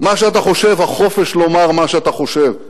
מה שאתה חושב, החופש לומר מה שאתה חושב.